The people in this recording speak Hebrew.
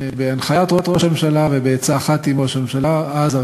בהנחיית ראש הממשלה ובעצה אחת עם ראש הממשלה אז,